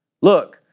Look